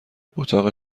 اتاق